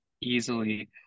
easily